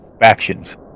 factions